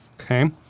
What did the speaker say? Okay